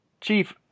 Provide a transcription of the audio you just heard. Chief